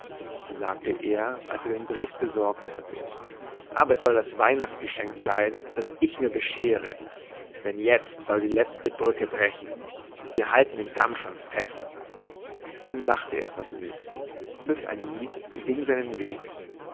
sagte er als er den brief besorgt hatte aber es soll das weihnachtsgeschenk sein das ich mir beschere denn jetzt soll die letzte brücke brechen wir halten den damm schon fest dann lachte er vergnügt pfiff ein lied und ging seinen weg